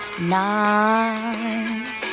Nine